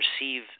receive